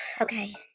okay